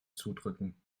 zudrücken